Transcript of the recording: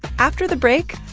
after the break,